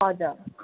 हजुर